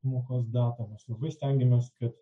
pamokos datą mes labai stengėmės kad